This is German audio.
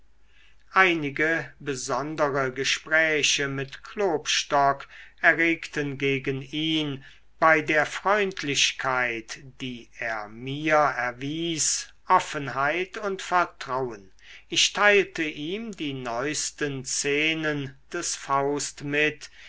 einige besondere gespräche mit klopstock erregten gegen ihn bei der freundlichkeit die er mir erwies offenheit und vertrauen ich teilte ihm die neusten szenen des faust mit